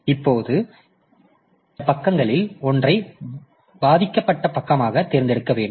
இப்போது இந்த பக்கங்களில் ஒன்றை பாதிக்கப்பட்ட பக்கமாக தேர்ந்தெடுக்க வேண்டும்